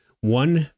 one